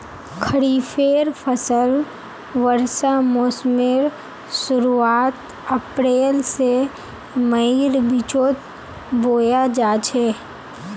खरिफेर फसल वर्षा मोसमेर शुरुआत अप्रैल से मईर बिचोत बोया जाछे